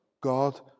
God